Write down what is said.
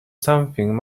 something